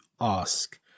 ask